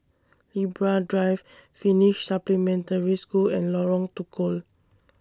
Libra Drive Finnish Supplementary School and Lorong Tukol